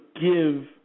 give